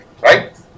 right